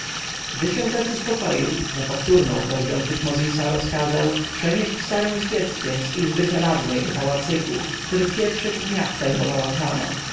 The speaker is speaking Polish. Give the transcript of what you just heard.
gdy się zaś uspokoił na powtórną prośbę tutmozisa rozkazał przenieść sarę z dzieckiem z izby czeladniej do pałacyku który w pierwszych dniach zajmowała kama